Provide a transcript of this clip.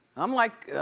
i'm like,